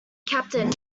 captain